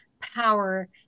power